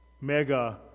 mega